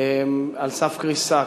על סף קריסה.